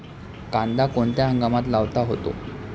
कांदा कोणत्या हंगामात लावता येतो?